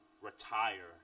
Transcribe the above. retire